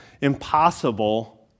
impossible